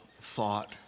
thought